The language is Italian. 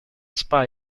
spike